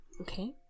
Okay